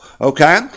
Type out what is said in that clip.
Okay